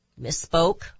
misspoke